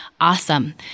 Awesome